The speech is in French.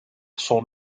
son